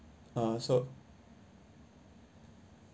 uh so